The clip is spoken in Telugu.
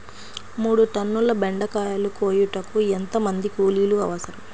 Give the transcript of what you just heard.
మూడు టన్నుల బెండకాయలు కోయుటకు ఎంత మంది కూలీలు అవసరం?